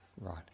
Right